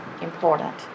important